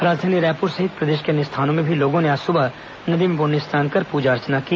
राजधानी रायपुर सहित प्रदेश के अन्य स्थानों में लोगों ने आज सुबह नदी में पुण्य स्नान कर पूजा अर्चना की